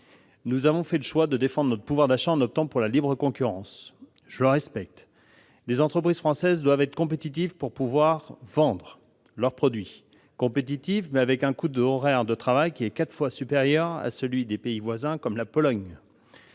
Nous avons fait le choix de défendre notre pouvoir d'achat en optant pour la libre concurrence. Je le respecte. Les entreprises françaises doivent donc être compétitives pour pouvoir vendre leurs produits. Or elles ont un coût horaire de travail qui est quatre fois supérieur à celui de pays voisins comme la Pologne.